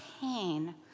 pain